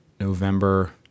November